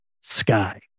SKY